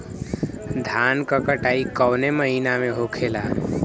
धान क कटाई कवने महीना में होखेला?